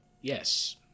Yes